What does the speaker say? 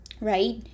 right